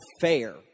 fair